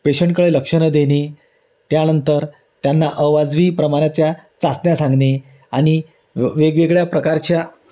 पेशंटकडे लक्ष न देणे त्यानंतर त्यांना अवाजवी प्रमाणाच्या चाचण्या सांगणे आणि वेगवेगळ्या प्रकारच्या